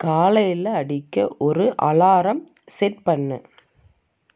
காலையில் அடிக்க ஒரு அலாரம் செட் பண்ணு